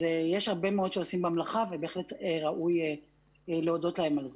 אז יש הרבה מאוד שעושים את המלאכה ובהחלט ראוי להודות להם על זה.